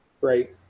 Right